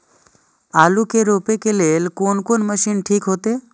आलू के रोपे के लेल कोन कोन मशीन ठीक होते?